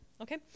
okay